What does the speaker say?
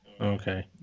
Okay